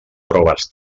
proves